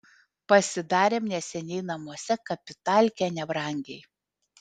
pasidarėm neseniai namuose kapitalkę nebrangiai